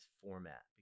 format